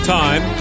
time